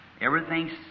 Everything's